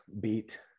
beat